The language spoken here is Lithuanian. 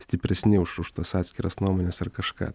stipresni už už tas atskiras nuomones ar kažką